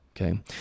okay